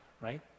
Right